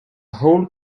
whole